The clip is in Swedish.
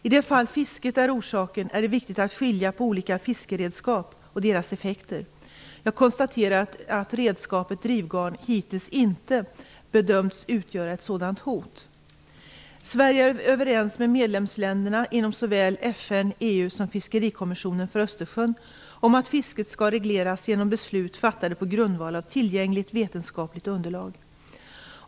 I de fall där fisket är orsaken, är det viktigt att skilja på olika fiskeredskap och deras effekter. Jag konstaterar att redskapet drivgarn hittills inte bedömts utgöra ett sådant hot. Sverige är överens med medlemsländerna inom såväl FN och EU som Fiskerikommissionen för Östersjön om att fisket skall regleras genom beslut fattade på grundval av tillgängligt vetenskapligt underlag.